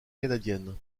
canadienne